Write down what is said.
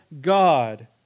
God